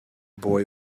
boy